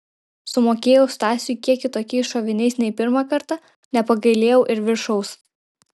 sumokėjau stasiui kiek kitokiais šoviniais nei pirmą kartą nepagailėjau ir viršaus